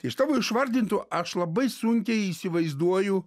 iš tavo išvardintų aš labai sunkiai įsivaizduoju